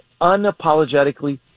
unapologetically